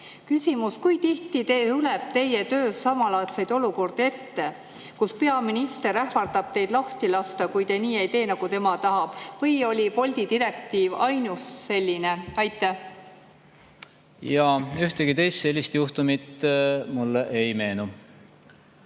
Küsimus: kui tihti tuleb teie töös ette samalaadseid olukordi, kus peaminister ähvardab teid lahti lasta, kui te ei tee nii, nagu tema tahab? Või oli Bolti direktiiv ainus selline? Jaa, ühtegi teist sellist juhtumit mulle ei meenu.